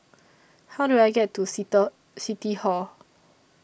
How Do I get to City Hall